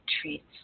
treats